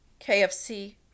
KFC